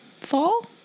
fall